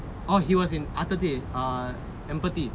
oh he was in arthur tay err empathy